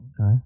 Okay